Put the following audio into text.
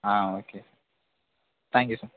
ah okay thank you sir